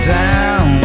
down